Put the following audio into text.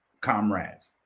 comrades